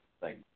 Thank